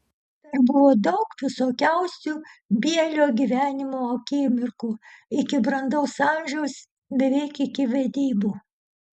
dar buvo daug visokiausių bielio gyvenimo akimirkų iki brandaus amžiaus beveik iki vedybų